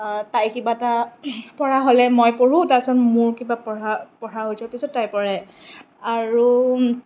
তাইৰ কিবা এটা পঢ়া হ'লে মই পঢ়োঁ তাৰপিছত মোৰ কিবা পঢ়া পঢ়া হৈ যোৱাৰ পিছত তাই পঢ়ে আৰু